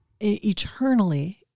eternally